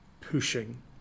pushing